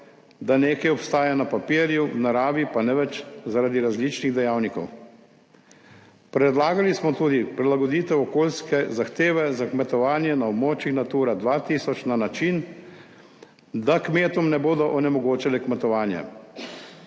da nekaj obstaja na papirju, v naravi pa ne več zaradi različnih dejavnikov. Predlagali smo tudi prilagoditev okoljske zahteve za kmetovanje na območjih Natura 2000 na način, da kmetom ne bodo onemogočale kmetovanja.